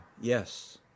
yes